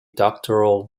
doctoral